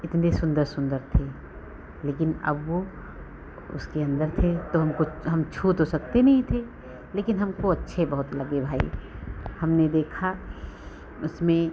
इतने सुन्दर सुन्दर थे लेकिन अब वह उसके अंदर थे तो हमको हम छू तो सकते नहीं थे लेकिन हमको अच्छे बहुत लगे भाई हमने देखा उसमें